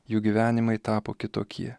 jų gyvenimai tapo kitokie